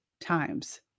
times